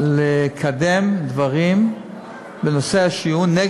ומעוניין לקדם דברים בנושא העישון,